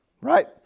Right